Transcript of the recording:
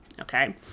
okay